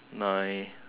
nine